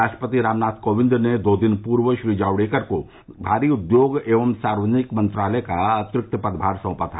राष्ट्रपति रामनाथ कोविंद ने दो दिन पूर्व श्री जावड़ेकर को भारी उद्योग एवं सार्वजनिक मंत्रालय का अतिरिक्त पदभार सौंपा था